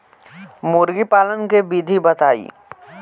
मुर्गीपालन के विधी बताई?